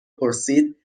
پرسید